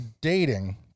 dating